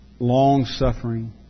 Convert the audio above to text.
long-suffering